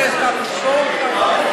רוצה סטטוס קוו,